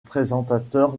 présentateur